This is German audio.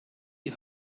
die